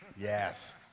Yes